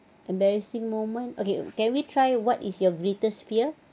embarrassing moment okay can we try what is your greatest fear